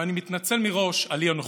ואני מתנצל מראש על אי-הנוחות: